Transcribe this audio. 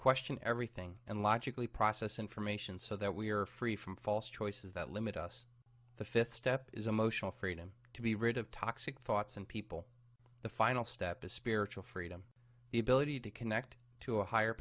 question everything and logically process information so that we are free from false choices that limit us the fifth step is emotional freedom to be rid of toxic thoughts and people the final step is spiritual freedom the ability to connect to a higher